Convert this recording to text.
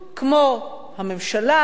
כמו הממשלה,